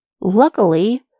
Luckily